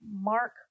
Mark